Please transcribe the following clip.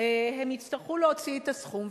הם יצטרכו להוציא את הסכום,